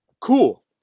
Cool